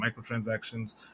microtransactions